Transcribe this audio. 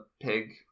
pig